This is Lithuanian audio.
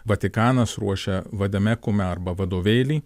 vatikanas ruošia vadame kume arba vadovėlį